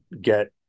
get